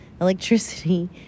electricity